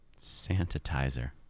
sanitizer